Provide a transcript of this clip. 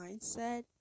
mindset